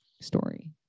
story